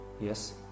Yes